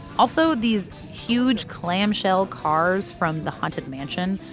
also, these huge clamshell cars from the haunted mansion,